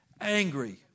angry